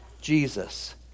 Jesus